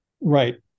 Right